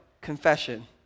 Confession